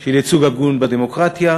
של ייצוג הגון בדמוקרטיה,